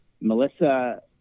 Melissa